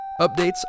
updates